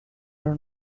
are